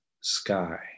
sky